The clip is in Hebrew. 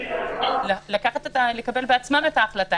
הם בעצם יכולים לקבל בעצמם את ההחלטה